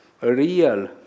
real